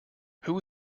who